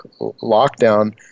lockdown